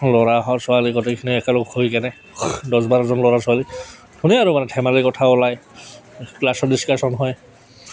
ল'ৰা হওক ছোৱালী গোটেইখিনি একেলগ হৈ কেনে দহ বাৰজন ল'ৰা ছোৱালী শুনে আৰু মানে ধেমালিৰ কথা ওলায় ক্লাছত ডিছকাচন হয়